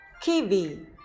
kiwi